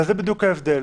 זה בדיוק ההבדל.